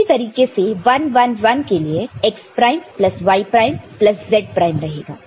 उसी तरीके से 1 1 1 के लिए x prime plus y prime plus z prime रहेगा